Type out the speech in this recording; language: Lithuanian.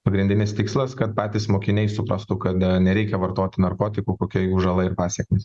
pagrindinis tikslas kad patys mokiniai suprastų kad nereikia vartoti narkotikų kokia jų žala ir pasekmės